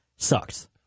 Sucks